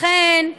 לכן,